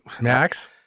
Max